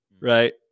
Right